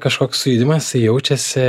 kažkoks sujudimas jaučiasi